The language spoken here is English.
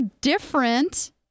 different